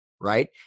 Right